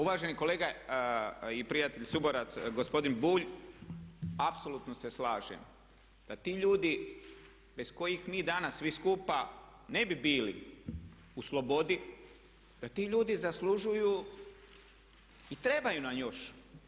Uvaženi kolega i prijatelju, suborac gospodin Bulj apsolutno se slažem da ti ljudi bez kojih mi danas svih skupa ne bi bili u slobodi, da ti ljudi zaslužuju i trebaju nam još.